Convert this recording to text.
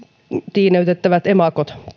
tiineytettävät emakot